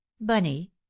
bunny